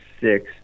six